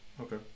Okay